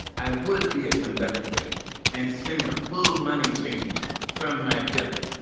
i would be a conductorette and sling a full money changer from my belt.